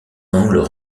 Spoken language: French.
angles